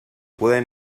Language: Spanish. puede